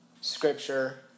Scripture